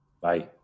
Bye